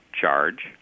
charge